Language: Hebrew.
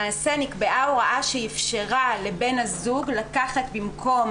למעשה נקבעה הוראה שאפשרה לבן הזוג לקחת במקום